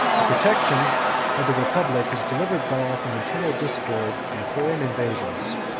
the protection of the republic has delivered gaul from internal discord and foreign invasions.